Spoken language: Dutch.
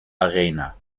arena